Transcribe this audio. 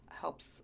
helps